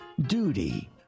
duty